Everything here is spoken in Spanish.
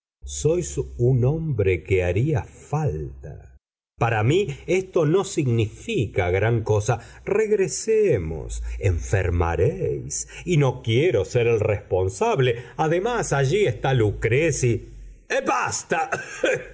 tiempo sois un hombre que haría falta para mí esto no significa gran cosa regresemos enfermaréis y no quiero ser el responsable además allí está luchresi basta